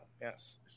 Yes